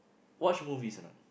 watch movies or not